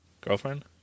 Girlfriend